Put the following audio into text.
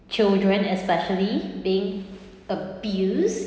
children especially being abused